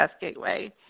gateway